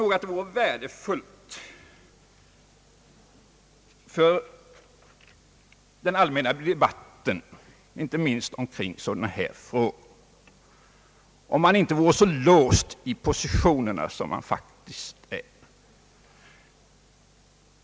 Det vore värdefullt för den allmänna debatten inte minst i sådana här frågor, tror jag, om man inte vore så låst i positionerna, som man faktiskt är.